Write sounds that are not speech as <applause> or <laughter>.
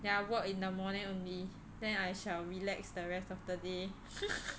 ya work in the morning only then I shall relax the rest of the day <laughs>